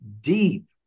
deep